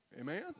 Amen